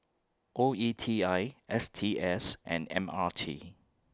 O E T I S T S and M R T